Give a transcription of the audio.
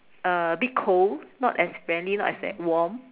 uh a bit cold not as friendly not as that warm